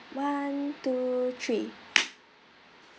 one two three